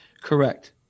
Correct